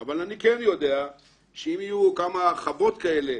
אבל אני כן יודע שאם יהיו כמה חוות כאלה,